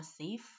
safe